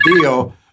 deal